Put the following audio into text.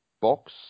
box